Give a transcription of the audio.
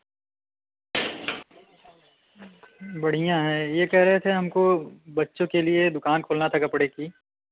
बढ़िया हैं यह कह रहे थे हमको बच्चों के लिए दुकान खोलना था कपड़े की